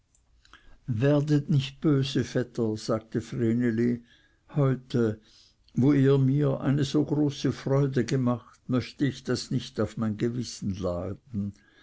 werdet nicht böse vetter sagte vreneli heute wo ihr mir eine so große freude gemacht möchte ich das nicht auf mein gewissen laden